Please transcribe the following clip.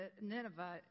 Nineveh